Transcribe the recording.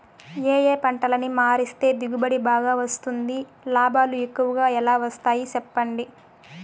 ఏ ఏ పంటలని మారిస్తే దిగుబడి బాగా వస్తుంది, లాభాలు ఎక్కువగా ఎలా వస్తాయి సెప్పండి